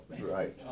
Right